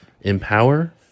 Empower